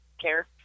care